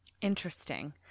Interesting